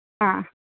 ആ